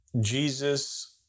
Jesus